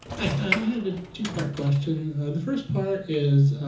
i had a two part question. the first part is,